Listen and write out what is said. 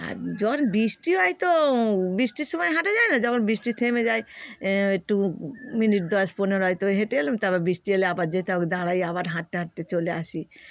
আর যখন বৃষ্টি হয় তো বৃষ্টির সময় হাঁটা যায় না যখন বৃষ্টি থেমে যায় একটু মিনিট দশ পনেরো হয়তো হেঁটে এলাম তারপর বৃষ্টি এলে আবার যে দাঁড়াই আবার হাঁটতে হাঁটতে চলে আসি